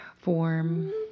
form